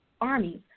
armies